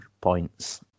points